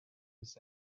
was